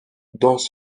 dans